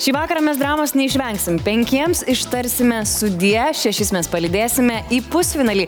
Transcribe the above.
šį vakarą mes dramos neišvengsim penkiems ištarsime sudie šešis mes palydėsime į pusfinalį